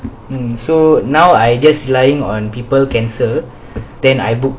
so now I just relying on people cancel then I book